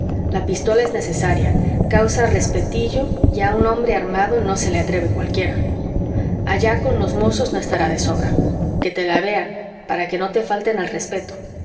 la pistola es necesaria causa respetillo y a un hombre armado no se le atreve cualquiera allá con los mozos no estará de sobra que te la vean para que no te falten al respeto